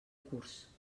curs